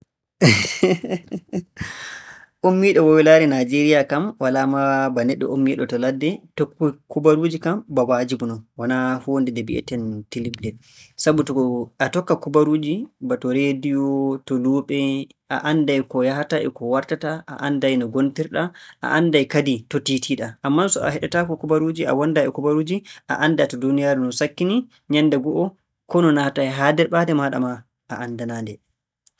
ummiiɗo woylaare Naajeeriya kam, walaa ma ba neɗɗo ummiiɗo to ladde, tokkuk- kubaruuji kam ko waajibu non. Wonaa huunde nde mbi'eten tilimnde. Sabu to ko- to a tokka kubaruuji ba to reediyo, ba to luuɓe, a annday yahata e ko wartata, a annday no ngontir-ɗaa, a annday kadi to tiiitii-ɗaa. Ammaa so a heɗataako kubaaruuji, a wonndaa e kubaruuji a anndaa to adunaaru ndun sakkini. Nyalnde go'o konu naatay haa nde ɓaade maaɗa a annda-nde.